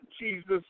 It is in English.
Jesus